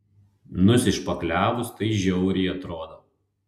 nusišpakliavus tai žiauriai atrodo